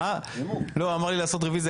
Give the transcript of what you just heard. עונה לחבר הכנסת